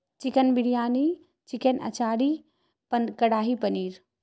chicken biryani chicken achari karahi paneer